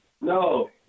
No